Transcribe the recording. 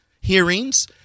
hearings